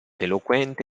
eloquente